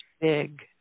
big